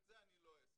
את זה אני לא אעשה.